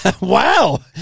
Wow